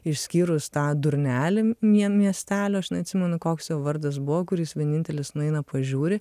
išskyrus tą durnelį mmiemiestelio aš neatsimenu koks jo vardas buvo kur jis vienintelis nueina pažiūri